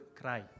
cry